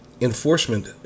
Enforcement